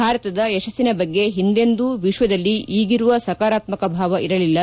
ಭಾರತದ ಯಶಸ್ಸಿನ ಬಗ್ಗೆ ಹಿಂದೆಂದು ವಿಶ್ವದಲ್ಲಿ ಈಗಿರುವ ಸಕಾರಾತ್ಮ ಭಾವ ಇರಲಿಲ್ಲ